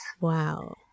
Wow